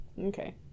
Okay